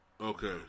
Okay